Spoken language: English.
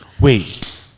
wait